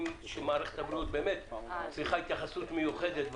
ומערכת הבריאות צריכה להתייחסות מיוחדת.